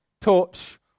torch